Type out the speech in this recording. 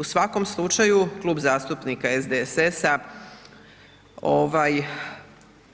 U svakom slučaju, Klub zastupnika SDSS-a